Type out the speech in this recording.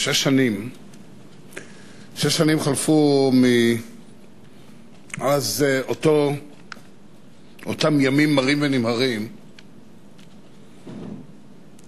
שש שנים חלפו מאז אותם ימים מרים ונמהרים